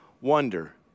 wonder